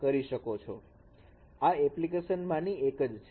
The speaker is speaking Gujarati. આ એપ્લિકેશન માની જ એક છે